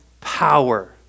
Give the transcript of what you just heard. power